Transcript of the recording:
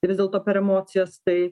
tai vis dėlto per emocijas tai